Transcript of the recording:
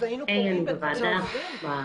אז היינו פוגעים בדברים אחרים?